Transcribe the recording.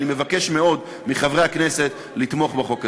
אני מבקש מאוד מחברי הכנסת לתמוך בחוק הזה.